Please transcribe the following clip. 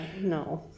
no